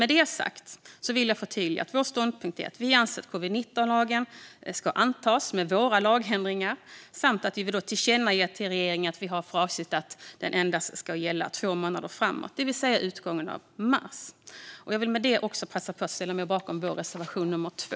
Med det sagt vill jag dock förtydliga att vår ståndpunkt är att vi anser att covid-19-lagen ska antas med våra lagändringar samt att vi har för avsikt att tillkännage till regeringen att lagen endast ska gälla i två månader framåt, det vill säga till utgången av mars månad. Fru talman! Jag vill med det passa på att yrka bifall till vår reservation 2.